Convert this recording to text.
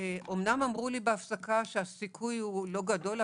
אמנם אמרו לי בהפסקה שהסיכוי הוא לא גדול,